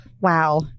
wow